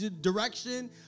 direction